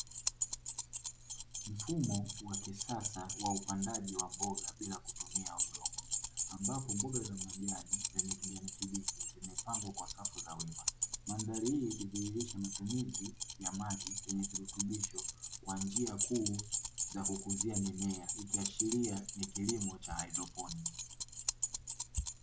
Mfumo wa kisasa wa upandaji wa upandaji wa mboga bila kutumia udongo ambapo mboga za majani zenye kijani kibichi zimepangwa kwa safu za wima, mandhari hii ikidhihirisha matumizi ya maji yenye virutubisho kwa njia kuu za kukuzia mimea ikiashiria ni kilimo cha haidroponi.